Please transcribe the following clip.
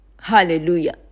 Hallelujah